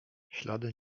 ślady